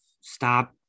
stop